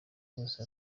bose